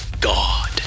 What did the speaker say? God